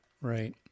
Right